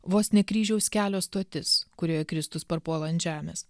vos ne kryžiaus kelio stotis kurioje kristus parpuola ant žemės